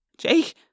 Jake